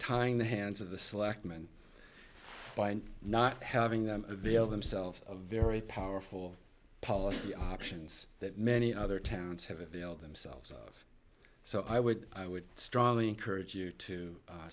tying the hands of the selectmen fine not having them avail themselves of very powerful policy options that many other towns have availed themselves of so i would i would strongly encourage you to